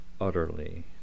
utterly